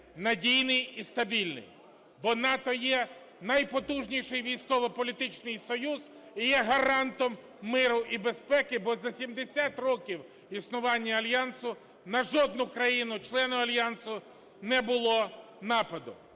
надійний і стабільний. Бо НАТО є найпотужніший військово-політичний союз і є гарантом миру і безпеки, бо за 70 років існування Альянсу на жодну країну-члена Альянсу не було нападу.